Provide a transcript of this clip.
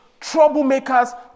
troublemakers